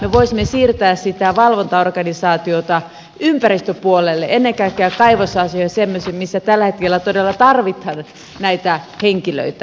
me voisimme siirtää sitä valvonta organisaatiota ympäristöpuolelle ennen kaikkea kaivosasioissa ja semmoisissa missä tällä hetkellä todella tarvitaan näitä henkilöitä